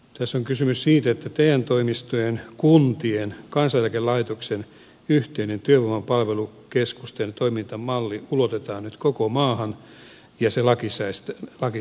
tässä on kysymys siitä että te toimistojen kuntien kansaneläkelaitoksen yhteinen työvoimapalvelukeskusten toimintamalli ulotetaan nyt koko maahan ja se lakisääteistetään